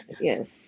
Yes